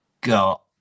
got